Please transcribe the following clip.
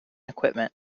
equipment